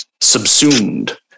subsumed